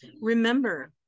Remember